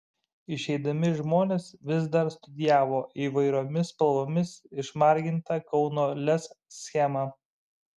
išeidami žmonės vis dar studijavo įvairiomis spalvomis išmargintą kauno lez schemą